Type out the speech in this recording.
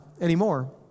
anymore